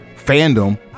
fandom